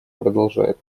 продолжает